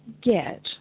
get